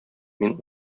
мин